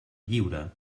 lliure